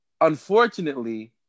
unfortunately